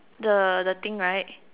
the the thing right